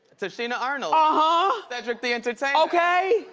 tichina arnold. ah cedric the entertainer. okay!